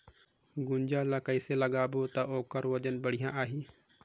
गुनजा ला कइसे लगाबो ता ओकर वजन हर बेडिया आही?